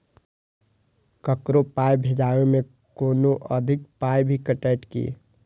ककरो पाय भेजै मे कोनो अधिक पाय भी कटतै की?